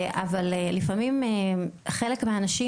אבל לפעמים חלק מהאנשים,